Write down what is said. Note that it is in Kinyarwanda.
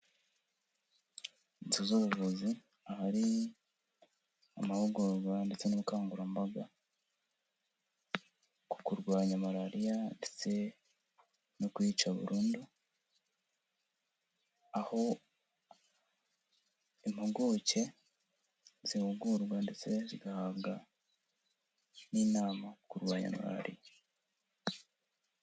Inzu z'ubuvuzi, ahari amahugurwa ndetse n'ubukangurambaga, ku kurwanya malariya, ndetse no kuyica burundu, aho impuguke zihugurwa ndetse zigahabwa n'inama ku kurwanya malariya.